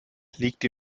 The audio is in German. liegt